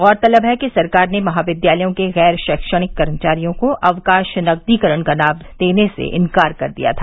गौरतलब है कि सरकार ने महाविद्यालयों के गैर शैक्षणिक कर्मचारियों को अवकाश नकदीकरण का लाभ देने से इनकार कर दिया था